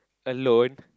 alone